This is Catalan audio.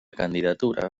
candidatura